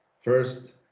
first